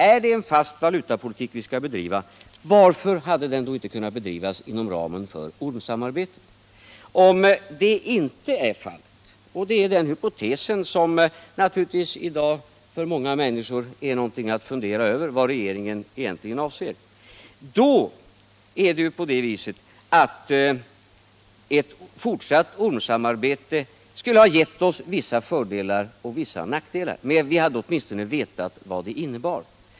Är det en fast valutapolitik som Sverige skall bedriva, varför hade den då inte kunnat bedrivas inom ramen för ormsamarbetet? Om det inte är fallet — och det är den hypotesen som i dag naturligtvis ger många människor anledning att fundera över vad regeringen avser — skulle ju ett fortsatt ormsamarbete ha gett Sverige vissa fördelar och vissa nackdelar. Men vi hade åtminstone vetat vad det innebär.